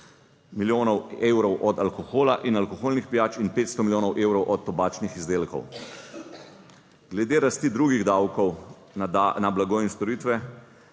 milijonov evrov od alkohola in alkoholnih pijač in 500 milijonov evrov od tobačnih izdelkov. Glede rasti drugih davkov na blago in storitve